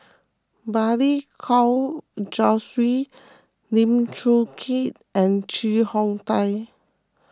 Balli Kaur Jaswal Lim Chong Keat and Chee Hong Tat